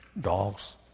dogs